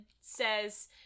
says